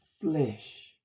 flesh